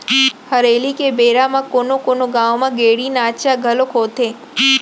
हरेली के बेरा म कोनो कोनो गाँव म गेड़ी नाचा घलोक होथे